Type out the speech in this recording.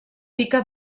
pica